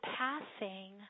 passing